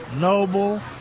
Noble